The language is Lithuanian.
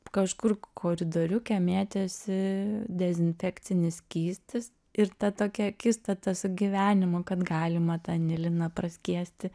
kažkur koridoriuke mėtėsi dezinfekcinis skystis ir ta tokia akistata su gyvenimu kad galima tą aniliną praskiesti